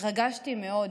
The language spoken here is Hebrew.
התרגשתי מאוד.